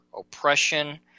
oppression